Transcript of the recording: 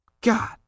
God